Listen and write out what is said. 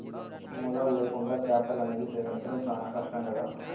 మూలాలు లేకుండా కేపిటల్ అనేది సేకరించడం చానా కష్టం గదా